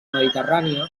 mediterrània